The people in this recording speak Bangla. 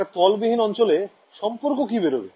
একটা তল বিহীন অঞ্চলে সম্পর্ক কি বেরোবে